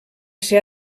ser